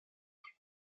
prit